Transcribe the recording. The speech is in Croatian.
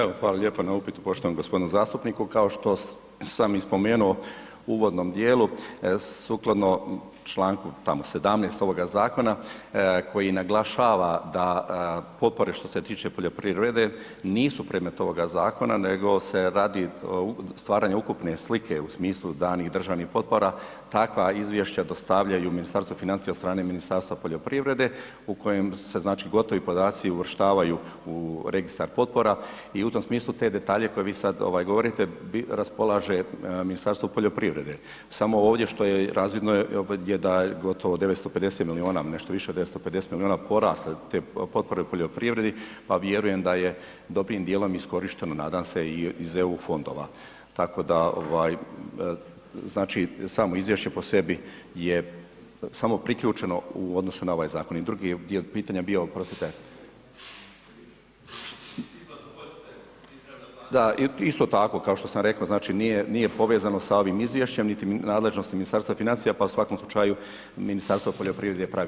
Evo, hvala lijepo na upitu poštovanom g. zastupniku, kao što sam i spomenuo u uvodnom dijelu, sukladno čl. tamo 17. ovoga zakona koji naglašava da potpore što se tiče poljoprivrede, nisu predmet ovoga zakona, nego se radi stvaranja ukupne slike u smislu danih državnih potpora takva izvješća dostavljaju u Ministarstvo financija od strane Ministarstva poljoprivrede u kojem se znači gotovi podaci uvrštavaju u registar potpora i u tom smislu te detalje koje vi sad govorite raspolaže Ministarstvo poljoprivrede, samo ovdje što je, razvidno je da je gotovo 950 milijuna, nešto više od 950 milijuna, porasle te potpore u poljoprivredi, pa vjerujem da je dobrim dijelom iskorišteno nadam se i iz EU fondova, tako da ovaj, znači samo izvješće po sebi je, samo priključeno u odnosu na ovaj zakon i drugi dio pitanja je bio, oprostite? [[Upadica: Isplata poticaja i izravna plaćanja]] Da, isto tako kao što sam rekao, znači nije, nije povezao sa ovim izvješćem, niti nadležnosti Ministarstva financija, pa u svakom slučaju Ministarstvo poljoprivrede je … [[Govornik se ne razumije]] Hvala.